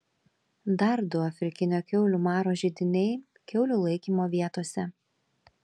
dar du afrikinio kiaulių maro židiniai kiaulių laikymo vietose